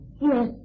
Yes